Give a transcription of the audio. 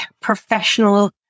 professional